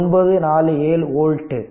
947 volt